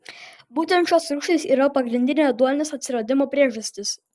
būtent šios rūgštys yra pagrindinė ėduonies atsiradimo priežastis